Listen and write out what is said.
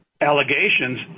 allegations